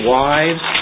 wives